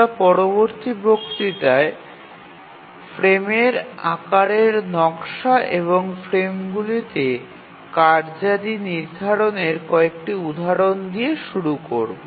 আমরা পরবর্তী বক্তৃতায় ফ্রেমের আকারের নকশা এবং ফ্রেমগুলিতে কার্যাদি নির্ধারণের কয়েকটি উদাহরণ দিয়ে শুরু করব